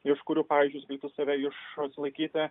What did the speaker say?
iš kurių pavyzdžiui jis galėtų save išsilaikyti